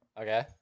okay